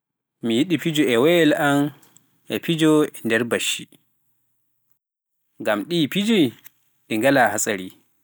Mi yiɗi fijo e wooyel am e fijo nder bacci ngam ɗii fiji ɗi ngalaa hatsari